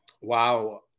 Wow